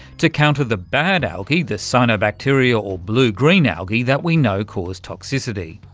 to counter the bad algae, the cyanobacteria or blue green algae that we know cause toxicity.